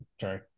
sorry